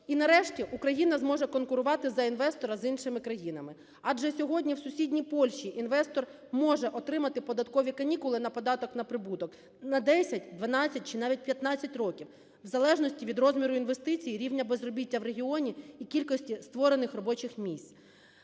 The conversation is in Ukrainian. І, нарешті, Україна зможе конкурувати за інвестора з іншими країнами. Адже сьогодні в сусідній Польщі інвестор може отримати податкові канікули на податок на прибуток на 10, 12 чи навіть 15 років, в залежності від розміру інвестицій і рівня безробіття в регіоні, і кількості створених робочих місць.